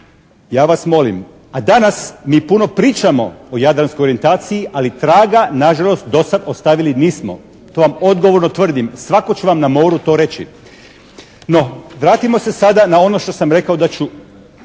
Ja vas molim, a danas mi puno pričamo o Jadranskoj orijentaciji, ali traga nažalost do sad ostavili nismo. To vam odgovorno tvrdim. Svatko će vam na moru to reći. No vratimo se sada na ono što sam rekao da ću